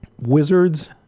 Wizards